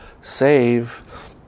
save